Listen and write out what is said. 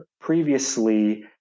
previously